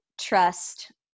trust